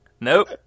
Nope